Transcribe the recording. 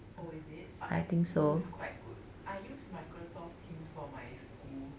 oh is it but I think zoom is quite good I use Microsoft teams for my school